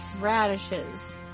Radishes